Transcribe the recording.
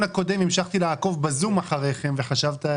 הקודם המשכתי לעקוב ב-זום אחריכם וחשבת,